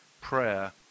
prayer